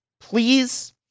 Please